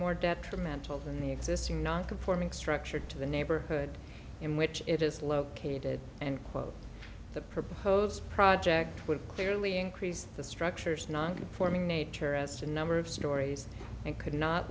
more detrimental than the existing non conforming structure to the neighborhood in which it is located and quote the proposed project would clearly increase the structures non conforming nature as to number of stories and could not